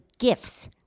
gifts